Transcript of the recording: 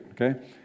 okay